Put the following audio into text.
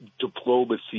diplomacy